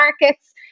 markets